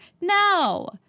No